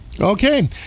Okay